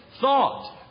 Thought